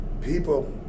people